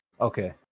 Okay